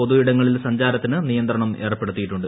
പൊതു ഇടങ്ങളിൽ സഞ്ചാരത്തിന് നിയന്ത്രണം ഏർപ്പെടുത്തിയിട്ടുണ്ട്